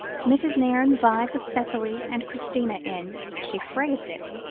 mrs. nairne vied with cicely and christina in, as she phrased it,